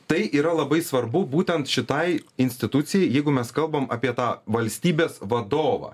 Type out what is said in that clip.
tai yra labai svarbu būtent šitai institucijai jeigu mes kalbam apie tą valstybės vadovą